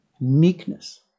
Meekness